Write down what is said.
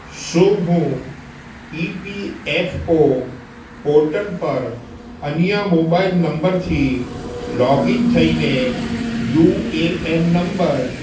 શું હું E P F O portal પર અન્ય મોબાઇલ નંબરથી લોગિન થઇને યુ એ એન નંબર